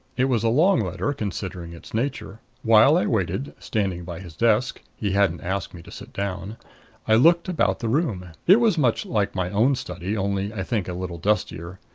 it was a long letter, considering its nature. while i waited, standing by his desk he hadn't asked me to sit down i looked about the room. it was much like my own study, only i think a little dustier.